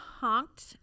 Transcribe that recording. honked